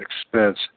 expense